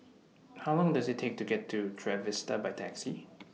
How Long Does IT Take to get to Trevista By Taxi